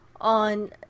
on